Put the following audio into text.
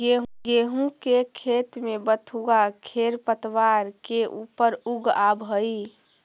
गेहूँ के खेत में बथुआ खेरपतवार के ऊपर उगआवऽ हई